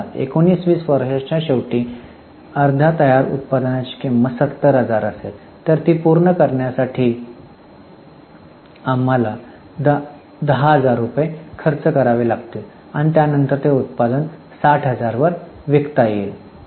समजा 19 20 वर्षाच्या शेवटी अर्ध्या तयार उत्पादनाची किंमत 70000 असेल तर ती पूर्ण करण्यासाठी आम्हाला 10000 रुपये खर्च करावे लागतील आणि त्यानंतर ते उत्पादन 60000 वर विकता येईल